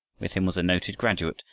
with him was a noted graduate,